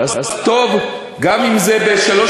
אז טוב, גם אם זה בשלוש